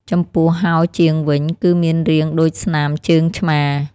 ចំពោះហោជាងវិញ គឺមានរាងដូចស្នាមជើងឆ្មា។